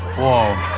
whoa